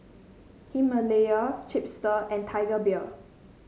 Himalaya Chipster and Tiger Beer